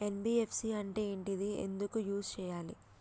NBFC అంటే ఏంటిది ఎందుకు యూజ్ చేయాలి?